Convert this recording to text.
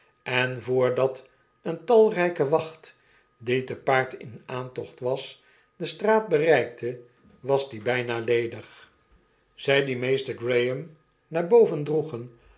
en voordat eene talryke wacht die te paard inaantochtwas de straat bereikte was die bijna ledig zy die meester graham naar boven droegen